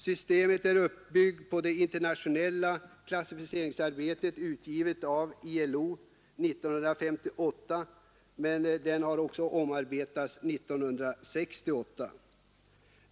Systemet är uppbyggt på ett internationellt klassificeringsarbete utgivet av ILO 1958. ILO-klassificeringen omarbetades 1968.